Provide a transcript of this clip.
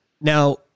Now